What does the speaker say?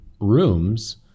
rooms